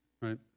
right